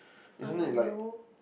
uh no